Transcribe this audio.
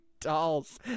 dolls